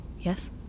yes